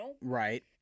Right